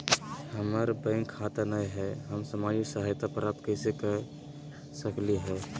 हमार बैंक खाता नई हई, हम सामाजिक सहायता प्राप्त कैसे के सकली हई?